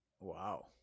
Wow